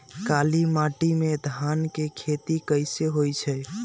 काली माटी में धान के खेती कईसे होइ छइ?